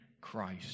Christ